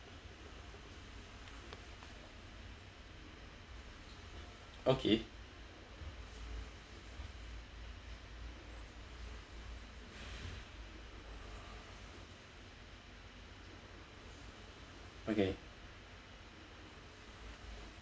okay okay